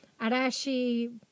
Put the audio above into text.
Arashi